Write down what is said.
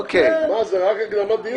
זה רק הקדמת דיון.